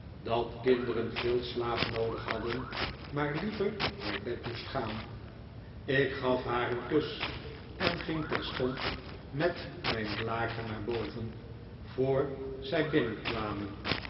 dat kinderen veel slaap noodig hadden maar liever naar bed moest gaan ik gaf haar een kus en ging terstond met mijn blaker naar boven voor zij binnenkwamen